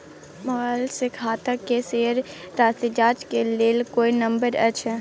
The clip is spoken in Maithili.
मोबाइल से खाता के शेस राशि जाँच के लेल कोई नंबर अएछ?